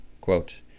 Quote